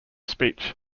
speech